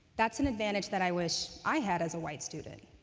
that's an advantage that i wish i had as a white student.